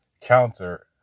counter